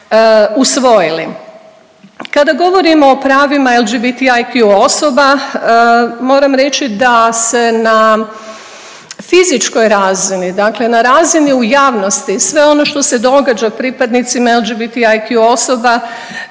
Kada govorimo o pravima LGBTIQ osoba moram reći da se na fizičkoj razini, dakle na razini u javnosti sve ono što se događa pripadnicima LGBTIQ osoba